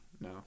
no